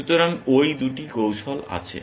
সুতরাং ওই দুটি কৌশল আছে